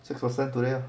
six percent today